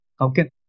Okay